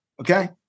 Okay